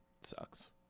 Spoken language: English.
sucks